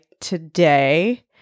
today